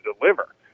deliver